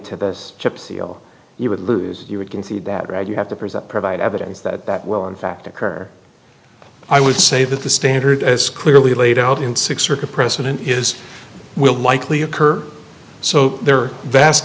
seal you would lose you would concede that you have to present provide evidence that that will in fact occur i would say that the standard as clearly laid out in six circuit precedent is will likely occur so there are vast